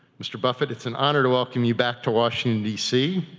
mr. buffett, it's an honor to welcome you back to washington d c.